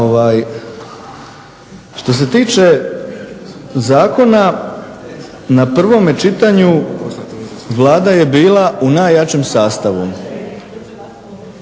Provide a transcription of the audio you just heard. što se tiče zakona na prvome čitanju Vlada je bila u najjačem sastavu.